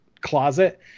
closet